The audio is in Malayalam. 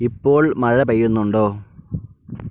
ഇപ്പോൾ മഴ പെയ്യുന്നുണ്ടോ